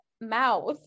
mouth